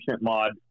mod